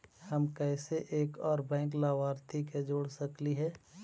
हम कैसे एक और बैंक लाभार्थी के जोड़ सकली हे?